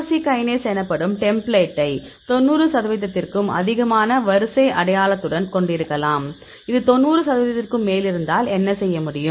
Src kinase எனப்படும் டெம்ப்ளேட்டை 90 சதவீதத்திற்கும் அதிகமான வரிசை அடையாளத்துடன் கொண்டிருக்கலாம் இது 90 சதவீதத்திற்கு மேல் இருந்தால் என்ன செய்ய முடியும்